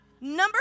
Number